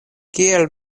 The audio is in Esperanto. kiel